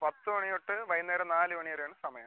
പത്ത് മണി തൊട്ട് വൈകുന്നേരം നാല് മണി വരെയാണ് സമയം